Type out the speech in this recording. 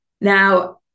Now